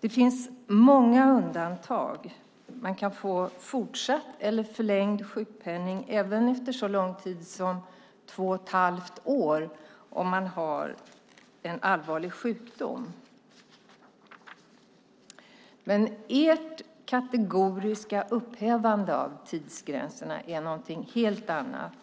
Det finns många undantag. Man kan få fortsatt eller förlängd sjukpenning även efter så lång tid som två och ett halvt år om man har en allvarlig sjukdom. Ert kategoriska upphävande av tidsgränserna är någonting helt annat.